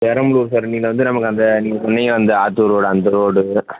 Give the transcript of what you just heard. பெரம்பலூர் சரௌண்டிங்கில் வந்து நமக்கு அந்த நீங்கள் சொன்னீங்க அந்த ஆத்தூர் ரோடு அந்த ரோடு